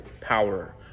power